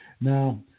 Now